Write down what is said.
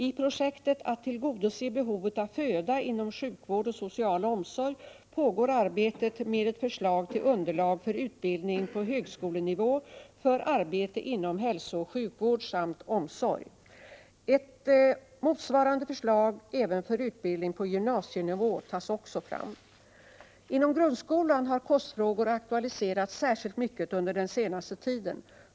I projektet ”Att tillgodose behovet av föda inom sjukvård och social omsorg” pågår arbetet med ett förslag till underlag för utbildning på högskolenivå för arbete inom hälsooch sjukvård samt omsorg. Ett motsvarande förslag även för utbildning på gymnasienivå tas också fram. Inom grundskolan har kostfrågor aktualiserats särskilt mycket under den senaste tiden.